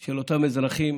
של אותם אזרחים